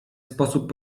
sposób